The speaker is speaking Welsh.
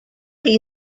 chi